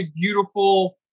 beautiful